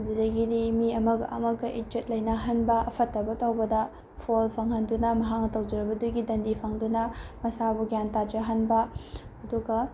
ꯑꯗꯨꯗꯒꯤꯗꯤ ꯃꯤ ꯑꯃꯒ ꯑꯃꯒ ꯏꯖꯠ ꯂꯩꯅꯍꯟꯕ ꯐꯠꯇꯕ ꯇꯧꯕꯗ ꯐꯣꯜ ꯐꯪꯍꯟꯗꯨꯅ ꯃꯍꯥꯛꯅ ꯇꯧꯖꯕꯗꯨꯒꯤ ꯗꯟꯗꯤ ꯐꯪꯗꯨꯅ ꯃꯁꯥꯕꯨ ꯒ꯭ꯌꯥꯟ ꯇꯥꯖꯍꯟꯕ ꯑꯗꯨꯒ